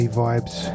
vibes